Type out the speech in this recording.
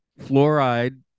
fluoride